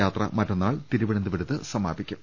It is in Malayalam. യാത്ര മറ്റന്നാൾ തിരുവന്തപുരത്ത് സമാപിക്കും